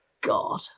God